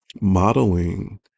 modeling